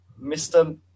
Mr